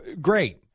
Great